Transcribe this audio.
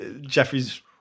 Jeffrey's